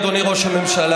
אדוני ראש הממשלה,